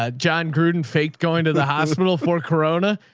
ah john gruden faked going to the hospital for corona.